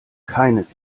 keines